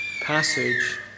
passage